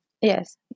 yes